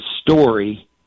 story